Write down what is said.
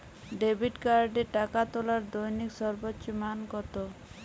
Debit কার্ডে টাকা তোলার দৈনিক সর্বোচ্চ মান কতো?